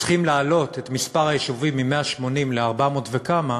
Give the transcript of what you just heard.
צריכים להעלות את מספר היישובים מ-180 ל-400 וכמה,